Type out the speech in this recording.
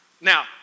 Now